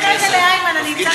תן רגע לאיימן, אני אמצא את הדף.